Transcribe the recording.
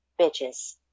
bitches